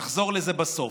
נחזור לזה בסוף.